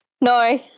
No